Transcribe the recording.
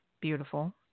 beautiful